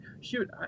shoot